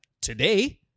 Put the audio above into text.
today